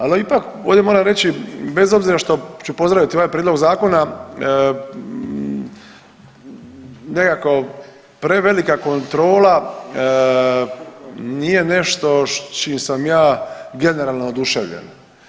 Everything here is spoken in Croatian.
Ali ipak ovdje moram reći bez obzira što ću pozdraviti ovaj prijedlog zakona, nekako prevelika kontrola nije nešto s čim sam ja generalno oduševljen.